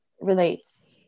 relates